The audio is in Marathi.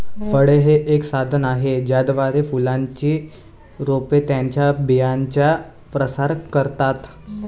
फळे हे एक साधन आहे ज्याद्वारे फुलांची रोपे त्यांच्या बियांचा प्रसार करतात